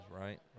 right